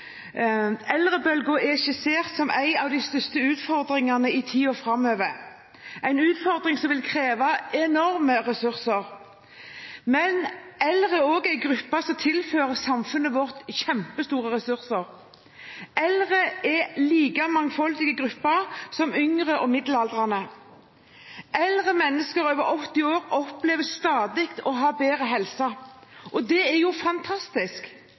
Eldrebølgen er skissert som en av de største utfordringene i tiden framover – en utfordring som vil kreve enorme ressurser. Men eldre er også en gruppe som tilfører samfunnet vårt kjempestore ressurser. Eldre er en like mangfoldig gruppe som yngre og middelaldrende. Eldre mennesker over 80 år opplever å ha stadig bedre helse, og det er jo fantastisk.